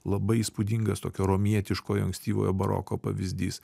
labai įspūdingas tokio romietiškojo ankstyvojo baroko pavyzdys